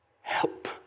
help